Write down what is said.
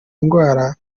indwara